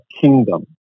kingdom